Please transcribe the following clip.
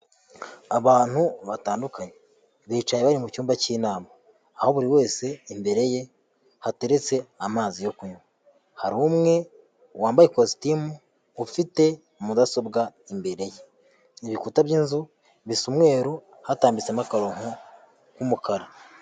Abantu batandukanye bicaye bari mu cyumba cy'inama, aho buri wese imbere ye hateretse amazi yo kunywa. Hari umwe wambaye kositimu ufite mudasobwa imbere ye. Ibikuta by'inzu bisa umweru hatambitsemo akaronko k'umukara.